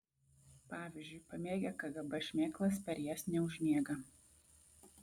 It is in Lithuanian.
pavyzdžiui pamėgę kgb šmėklas per jas neužmiega